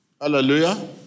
hallelujah